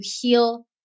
heal